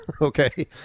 okay